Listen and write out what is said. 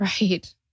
Right